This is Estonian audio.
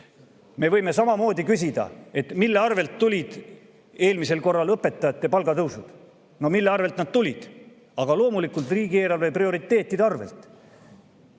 Me võime samamoodi küsida, et mille arvelt tulid eelmisel korral õpetajate palgatõusud. No mille arvelt nad tulid? Aga loomulikult riigieelarve prioriteetide arvelt.